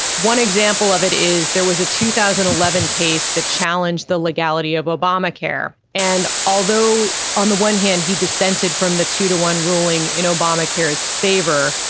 one example of it is there was a two thousand and eleven case that challenged the legality of obamacare and although on the one hand he dissented from the two to one ruling in obamacare as favor.